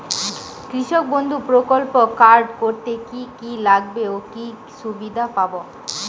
কৃষক বন্ধু প্রকল্প কার্ড করতে কি কি লাগবে ও কি সুবিধা পাব?